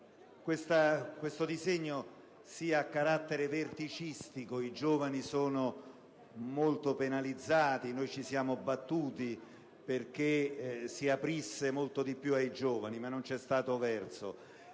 questo provvedimento sia a carattere verticistico e che i giovani siano molto penalizzati: noi ci siamo battuti affinché si aprisse molto di più ai giovani, ma non c'è stato verso.